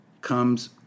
comes